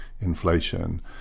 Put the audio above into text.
inflation